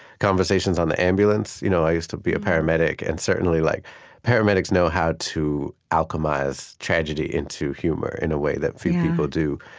conversations on the ambulance. you know i used to be a paramedic, and certainly, like paramedics paramedics know how to alchemize tragedy into humor in a way that few people do,